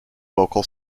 vocal